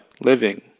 living